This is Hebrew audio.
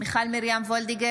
מיכל מרים וולדיגר,